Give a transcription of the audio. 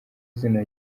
izina